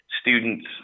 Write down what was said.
students